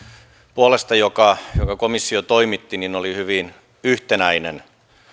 puolesta jonka komissio toimitti oli hyvin yhtenäinen